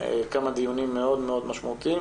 כמה דיונים מאוד מאוד משמעותיים.